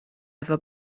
efo